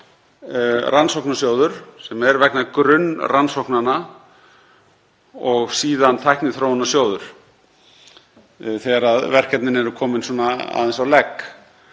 Rannsóknasjóður, sem er vegna grunnrannsóknanna, og síðan Tækniþróunarsjóður þegar verkefnin eru komin aðeins á legg.